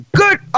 good